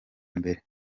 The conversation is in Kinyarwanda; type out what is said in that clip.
mbere